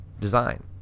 design